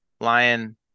Lion